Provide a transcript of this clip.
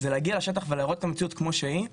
היא בעצם להגיע לשטח ולראות את המציאות כמו שהיא.